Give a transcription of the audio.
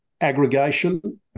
aggregation